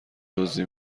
دزدی